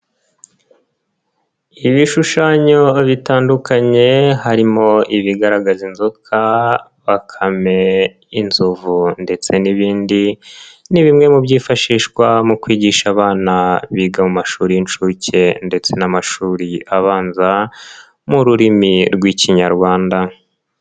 Ibishushanyo bitandukanye harimo ibigaragaza inzoka, bakame, inzovu ndetse n'ibindi, ni bimwe mu byifashishwa mu kwigisha abana biga mu mashuri y'inshuke ndetse n'amashuri abanza, mu rurimi rw'ikinyarwanda.